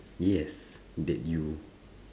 yes that you